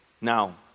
Now